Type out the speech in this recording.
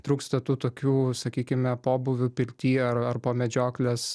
trūksta tų tokių sakykime pobūvių pirty ar ar po medžioklės